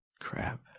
crap